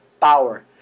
power